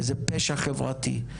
וזה פשע חברתי,